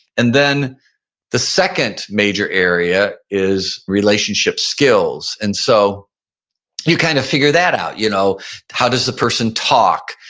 and then the second major area is relationships skills. and so you kind of figure that out. you know how does the person talk?